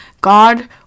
God